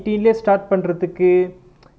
eighteen leh start பண்றதுக்கு:pandrathukku